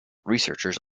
researchers